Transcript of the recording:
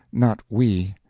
not we,